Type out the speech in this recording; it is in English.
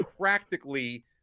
practically –